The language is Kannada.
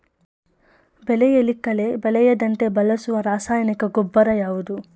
ಬೆಳೆಯಲ್ಲಿ ಕಳೆ ಬೆಳೆಯದಂತೆ ಬಳಸುವ ರಾಸಾಯನಿಕ ಗೊಬ್ಬರ ಯಾವುದು?